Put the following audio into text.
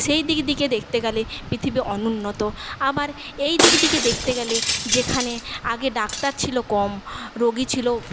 সেই দিকে থেকে দেখতে গেলে পৃথিবী অনুন্নত আবার এই দিক থেকে দেখতে গেলে যেখানে আগে ডাক্তার ছিল কম রোগী ছিল